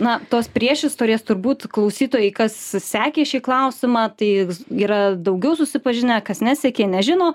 na tos priešistorės turbūt klausytojai kas sekė šį klausimą tai yra daugiau susipažinę kas nesekė nežino